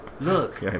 Look